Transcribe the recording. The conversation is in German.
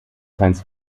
science